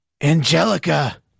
Angelica